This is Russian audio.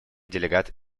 делегат